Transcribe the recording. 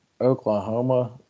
Oklahoma